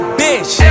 bitch